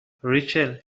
ریچل